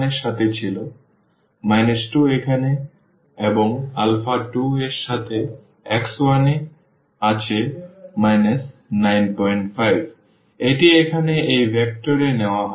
সুতরাং 2 এখানে এবং আলফা 2 এর সাথে x1 এ আছে 95 এটি এখানে এই ভেক্টর এ নেওয়া হয়েছে